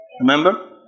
Remember